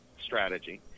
strategy